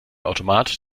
automat